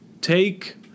take